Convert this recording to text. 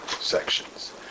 sections